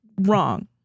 wrong